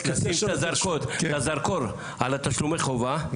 מכוונים את הזרקור על תשלומי החובה,